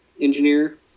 engineer